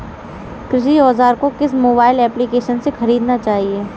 कृषि औज़ार को किस मोबाइल एप्पलीकेशन से ख़रीदना चाहिए?